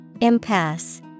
Impasse